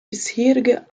bisherige